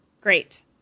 Great